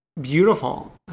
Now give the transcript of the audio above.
beautiful